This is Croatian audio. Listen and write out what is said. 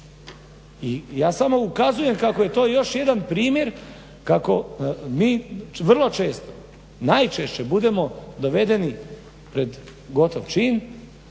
I ja samo ukazujem kako je to još jedan primjer kako mi vrlo često, najčešće budemo dovedeni pred gotov čin.